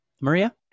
Maria